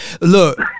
Look